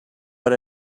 but